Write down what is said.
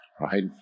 right